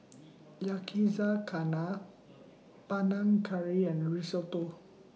Yakizakana Panang Curry and Risotto